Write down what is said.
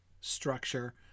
structure